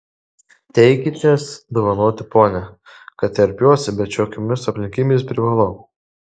teikitės dovanoti pone kad terpiuosi bet šiokiomis aplinkybėmis privalau